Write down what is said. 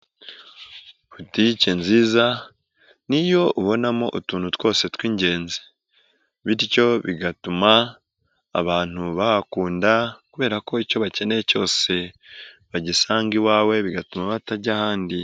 Politike nziza, niyo ubonamo utuntu twose tw'ingenzi, bityo bigatuma abantu bahakunda kubera ko icyo bakeneye cyose, bagisanga iwawe bigatuma batajya ahandi.